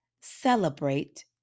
celebrate